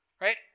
Right